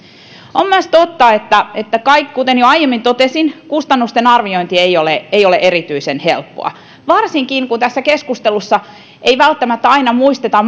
on myös totta kuten jo aiemmin totesin että kustannusten arviointi ei ole ei ole erityisen helppoa varsinkin mitä tässä keskustelussa ei välttämättä aina muisteta